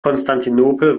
konstantinopel